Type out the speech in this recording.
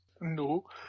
No